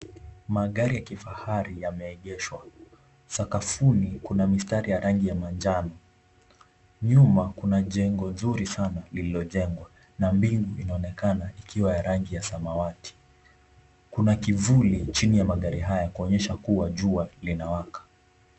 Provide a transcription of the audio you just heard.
Magari ya kifahari yameegeshwa. Sakafuni, kuna mistari ya rangi ya manjano. Nyuma kuna jengo nzuri sana lililojengwa na mbingu inaonekana ikiwa ya rangi ya samawati. Kuna kivuli chini ya magari haya kuonyesha kuwa jua linawaka.